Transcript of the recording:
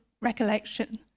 recollection